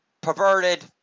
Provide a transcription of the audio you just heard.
perverted